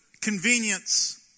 convenience